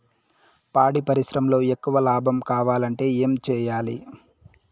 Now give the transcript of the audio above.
పాడి పరిశ్రమలో ఎక్కువగా లాభం కావాలంటే ఏం చేయాలి?